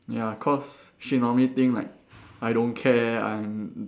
ya cause she normally think like I don't care I'm